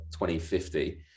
2050